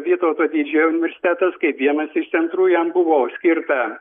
vytauto didžiojo universitetas kaip vienas iš centrų jam buvo skirta